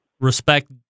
respect